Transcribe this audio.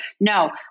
no